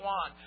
on